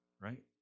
right